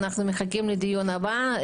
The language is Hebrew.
אנחנו מחכים לדיון הבא,